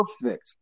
perfect